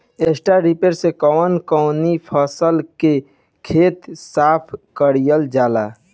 Straw reaper से कवन कवनी फसल के खेत साफ कयील जाला?